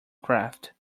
craft